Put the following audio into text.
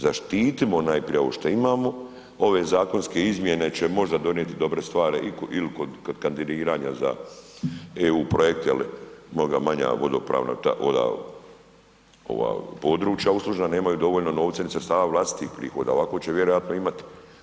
Zaštitimo najprije ovo što imamo, ove zakonske izmjene će možda donijeti dobre stvari ili kod kandidiranja za EU projekte jer mnoga manja vodopravna područja uslužna nemaju dovoljno novca ni sredstava vlastitih prihoda, ovako će vjerojatno imati.